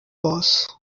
boss